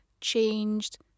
changed